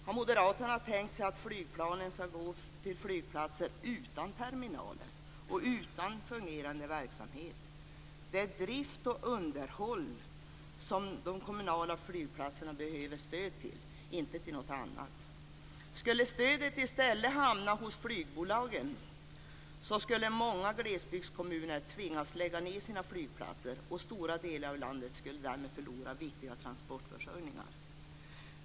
Har moderaterna tänkt sig att flygplanen ska gå till flygplatser utan terminaler och utan fungerande verksamhet? Det är drift och underhåll som de kommunala flygplatserna behöver stöd till, inte till något annat. Skulle stödet i stället hamna hos flygbolagen skulle många glesbygdskommuner tvingas lägga ned sina flygplatser, och stora delar av landet skulle därmed förlora viktiga transportförsörjningar.